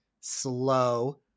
slow